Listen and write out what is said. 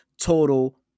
total